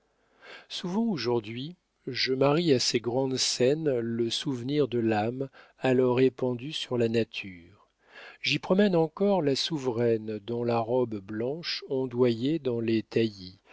souvent aujourd'hui je marie à ces grandes scènes le souvenir de l'âme alors épandue sur la nature j'y promène encore la souveraine dont la robe blanche ondoyait dans les